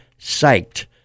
psyched